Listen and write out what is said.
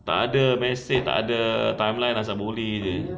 tak ada message tak ada timeline asal boleh jer